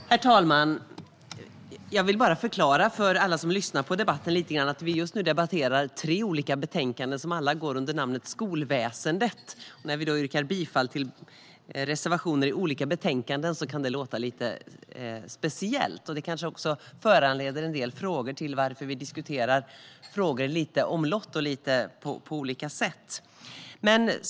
Skolväsendet - grund-läggande om utbild-ningen, Skolväsendet - lärare och elever och Skolväsendet - över-gripande skolfrågor Herr talman! Jag vill förklara för alla som lyssnar på debatten att vi just nu debatterar tre olika betänkanden som alla går under namnet Skolväsendet . När vi yrkar bifall till reservationer i olika betänkanden kan det låta lite speciellt, och det kanske också föranleder en del frågor om varför vi diskuterar saker lite om lott och på olika sätt.